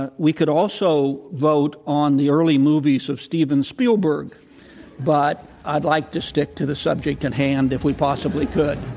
ah we could also vote on the early movies of steven spielberg but i'd like to stick to the subject at and hand if we possibly could.